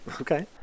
Okay